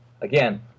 again